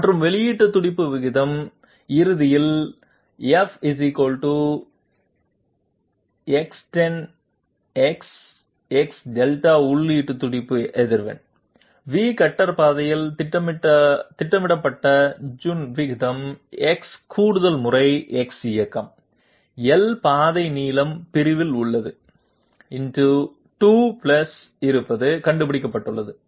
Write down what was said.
×10× ×∆ மற்றும் வெளியீடு துடிப்பு விகிதம் இறுதியில் f உள்ளீடு துடிப்பு அதிர்வெண் V கட்டர் பாதையில் திட்டமிடப்பட்ட ஜூன் விகிதம் X கூடுதல்முறை X இயக்கம் L பாதை நீளம் பிரிவில் உள்ளது ×2 இருப்பது கண்டுபிடிக்கப்பட்டது